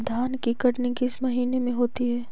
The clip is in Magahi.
धान की कटनी किस महीने में होती है?